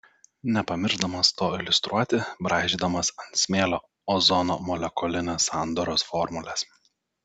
nepamiršdamas to iliustruoti braižydamas ant smėlio ozono molekulinės sandaros formules